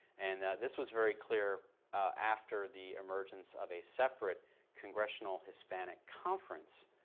and this was very clear after the emergence of a separate congressional hispanic conference,